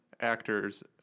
actors